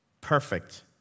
perfect